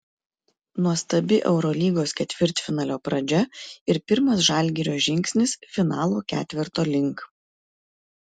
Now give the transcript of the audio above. nuostabi eurolygos ketvirtfinalio pradžia ir pirmas žalgirio žingsnis finalo ketverto link